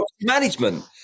management